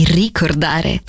ricordare